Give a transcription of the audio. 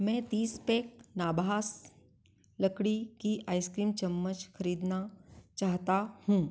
मैं तीस पैक नाभास लकड़ी की आइसक्रीम चम्मच खरीदना चाहता हूँ